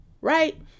right